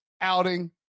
outing